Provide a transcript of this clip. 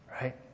right